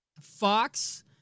Fox